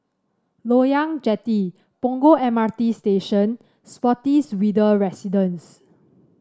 Loyang Jetty Punggol M R T Station Spottiswoode Residence